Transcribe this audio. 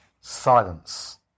Silence